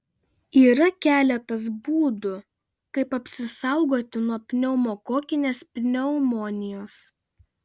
yra keletas būdų kaip apsisaugoti nuo pneumokokinės pneumonijos